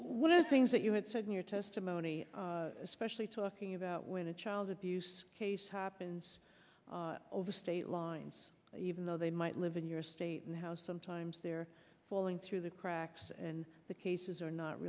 of the things that you had said in your testimony especially talking about when a child abuse case happens over state lines even though they might live in your state and how sometimes they're falling through the cracks and the cases are not